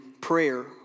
prayer